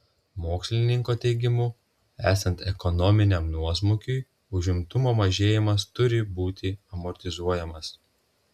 mokslininko teigimu esant ekonominiam nuosmukiui užimtumo mažėjimas turi būti amortizuojamas